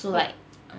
so like